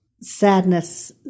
sadness